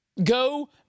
Go